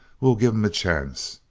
we'll give him a chance.